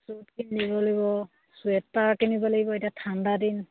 চুট কিনি দিব লাগিব চুৱেটাৰ কিনিব লাগিব এতিয়া ঠাণ্ডা দিন